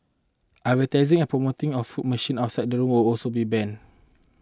advertising and promotion of fruit machines outside the rooms also be banned